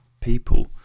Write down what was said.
people